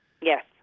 Yes